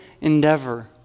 endeavor